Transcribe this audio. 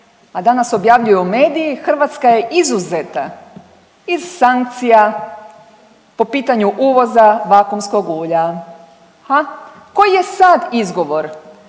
A danas objavljuju mediji Hrvatska je izuzeta iz sankcija po pitanju uvoza vakuumskog ulja. Ha? Koji je sad izgovor?